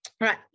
Right